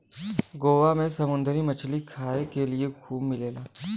गोवा में समुंदरी मछरी खाए के लिए खूब मिलेला